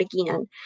again